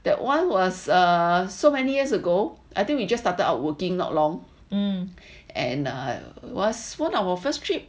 that one was err so many years ago I think we just started out working not long um and err was one our first trip